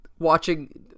Watching